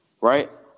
right